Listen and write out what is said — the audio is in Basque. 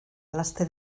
laster